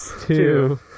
Two